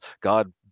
God